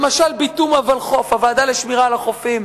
למשל, הוועדה לשמירה על החופים,